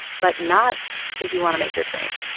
but not if you want to make your train